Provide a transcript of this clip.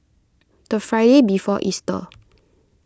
the Friday before Easter